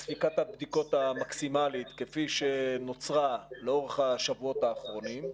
את ספיקת הבדיקות המקסימלית כפי שנוצרה לאורך השבועות האחרונים,